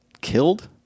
killed